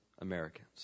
Americans